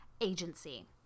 agency